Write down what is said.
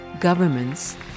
governments